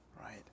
right